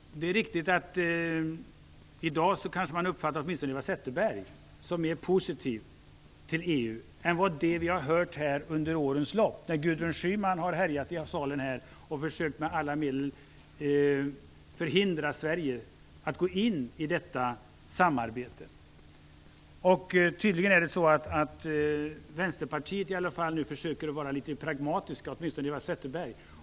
Det är riktigt att man i dag kanske uppfattar åtminstone Eva Zetterberg som mer positiv till EU, om man jämför med det som vi under årens lopp har hört här när Gudrun Schyman har härjat i denna sal och med alla medel försökt att förhindra att Sverige går in i detta samarbete. Tydligen försöker man i Vänsterpartiet i alla fall vara litet pragmatisk - åtminstone gäller det Eva Zetterberg.